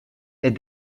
est